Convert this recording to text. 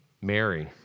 Mary